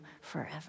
forever